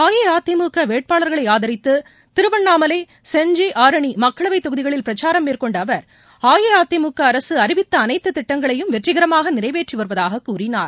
அஇஅதிமுகவேட்பாளர்களைஆதரித்ததிருவண்ணாமலை செஞ்சிஆரணிமக்களவைத் தொகுதிகளில் பிரச்சாரம் மேற்கொண்டஅவர் அதிமுகஅரசுஅறிவித்தஅனைத்துதிட்டங்களையும் வெற்றிகரமாகநிறைவேற்றிவருவதாகக் கூறினார்